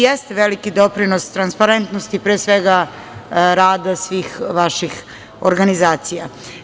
Jeste veliki doprinos transparentnosti, pre svega, rada svih vaših organizacija.